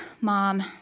Mom